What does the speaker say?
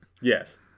yes